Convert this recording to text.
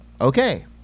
okay